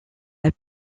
elle